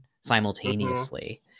simultaneously